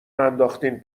انداختین